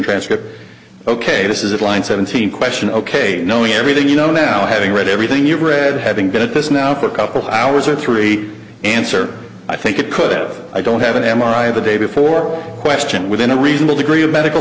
transcript ok this is a blind seventeen question ok knowing everything you know now having read everything you've read having been at this now for a couple hours or three answer i think it could have i don't have an m r i of the day before question within a reasonable degree of medical